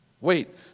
Wait